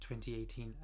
2018